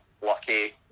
lucky